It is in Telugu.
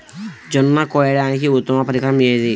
జొన్న కోయడానికి ఉత్తమ పరికరం ఏది?